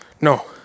No